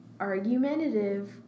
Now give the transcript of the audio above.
Argumentative